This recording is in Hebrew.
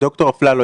ד"ר אפללו,